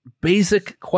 basic